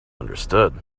understood